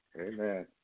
Amen